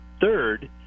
third